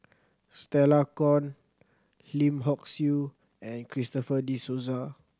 Stella Kon Lim Hock Siew and Christopher De Souza